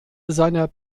seiner